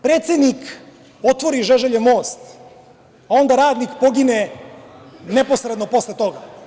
Predsedik otvori Žeželjev most, a onda radnik pogine neposredno posle toga.